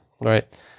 right